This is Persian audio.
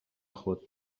خود